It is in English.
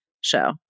show